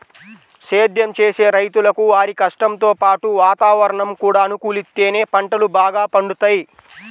సేద్దెం చేసే రైతులకు వారి కష్టంతో పాటు వాతావరణం కూడా అనుకూలిత్తేనే పంటలు బాగా పండుతయ్